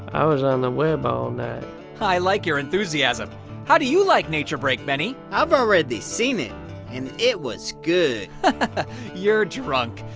i was on the web all night. i like your enthusiasm how do you like nature break, benny? i've already seen it and it was good you're drunk.